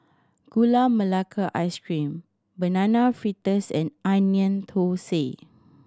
Gula Melaka Ice Cream Banana Fritters and Onion Thosai